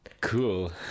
Cool